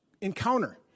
encounter